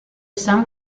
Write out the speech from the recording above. some